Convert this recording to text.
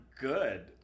good